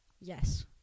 Yes